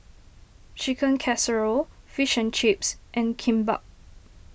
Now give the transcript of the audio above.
Chicken Casserole Fish and Chips and Kimbap